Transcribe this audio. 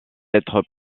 être